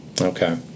Okay